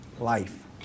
life